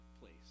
place